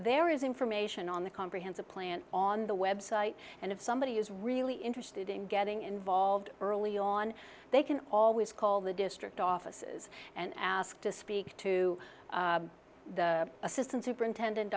there is information on the congress has a plan on the website and if somebody is really interested in getting involved early on they can always call the district offices and ask to speak to the assistant superintendent